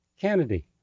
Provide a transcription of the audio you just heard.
Kennedy